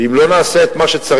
ואם לא נעשה את מה שצריך,